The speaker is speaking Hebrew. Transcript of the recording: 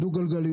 דו-גלגליים,